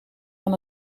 aan